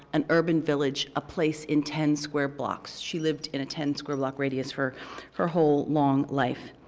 an urban village, a place in ten square blocks. she lived in a ten square block radius for her whole long life.